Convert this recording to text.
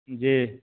जी